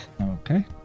Okay